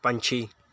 ਪੰਛੀ